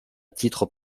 titre